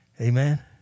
amen